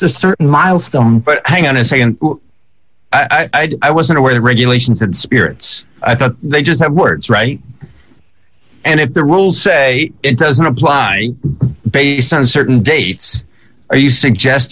certain milestone but hang on i say and i wasn't aware that regulations had spirits i thought they just had words right and if the rules say it doesn't apply based on certain dates are you suggest